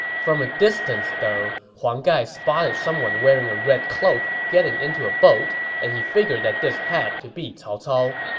from a distance, though, huang gai spotted someone wearing a red cloak getting into a boat and figured that this had to be cao cao.